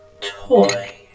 Toy